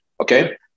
Okay